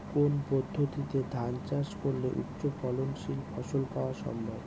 কোন পদ্ধতিতে ধান চাষ করলে উচ্চফলনশীল ফসল পাওয়া সম্ভব?